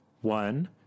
One